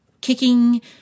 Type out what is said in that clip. kicking